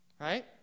Right